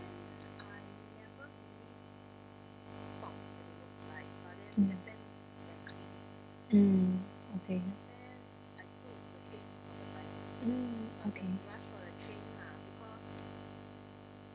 mm mm okay mm okay